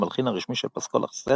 והמלחין הרשמי של פסקול הסרט,